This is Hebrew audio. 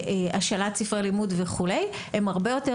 להשאלת ספרי לימוד וכו' הם הרבה יותר